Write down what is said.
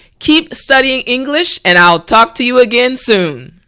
keep studying english and i'll talk to you again soon.